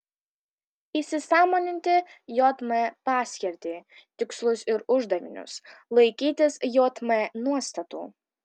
įsisąmoninti jm paskirtį tikslus ir uždavinius laikytis jm nuostatų